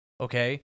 Okay